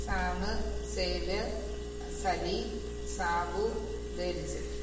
Shyam Xavier Sali Sabu Babychan